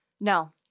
No